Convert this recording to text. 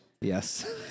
Yes